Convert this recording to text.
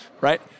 right